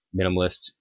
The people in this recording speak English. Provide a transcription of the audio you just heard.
minimalist